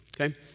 okay